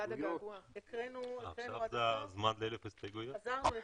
חוץ מ-1,000 הסתייגויות.